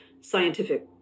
scientific